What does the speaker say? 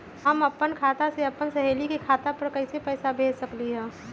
हम अपना खाता से अपन सहेली के खाता पर कइसे पैसा भेज सकली ह?